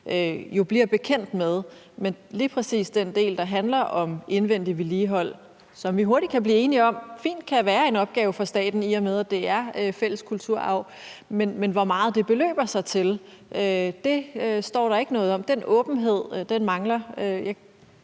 er blevet bekendt med. Men lige præcis den del, der handler om indvendig vedligehold, som vi hurtigt kan blive enige fint kan være en opgave for staten, i og med at det er fælles kulturarv – altså den del om, hvor meget det beløber sig til – står der ikke noget om. Den åbenhed mangler.